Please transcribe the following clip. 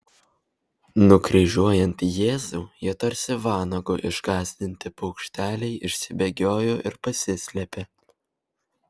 nukryžiuojant jėzų jie tarsi vanago išgąsdinti paukšteliai išsibėgiojo ir pasislėpė